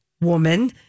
woman